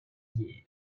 bière